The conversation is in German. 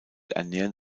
ernähren